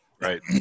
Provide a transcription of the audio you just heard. Right